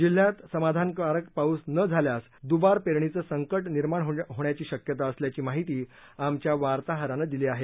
जिल्ह्यात समाधानकारक पाऊस न झाल्यास दुबार पेरणीचं संकट निर्माण होण्याची शक्यता असल्याची माहिती आमच्या वार्ताहरानं दिली आहे